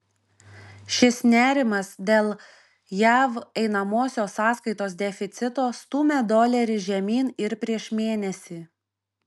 šis nerimas dėl jav einamosios sąskaitos deficito stūmė dolerį žemyn ir prieš mėnesį